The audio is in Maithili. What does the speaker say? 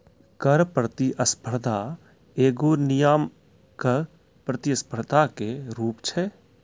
कर प्रतिस्पर्धा एगो नियामक प्रतिस्पर्धा के रूप छै